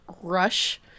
Rush